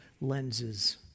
lenses